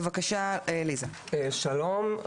שלום,